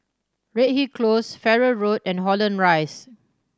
Redhill Close Farrer Road and Holland Rise